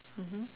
mmhmm